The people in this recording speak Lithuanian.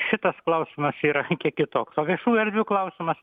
šitas klausimas yra kiek kitoks o viešųjų erdvių klausimas